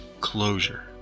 closure